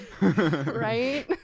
Right